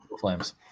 Flames